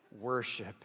worship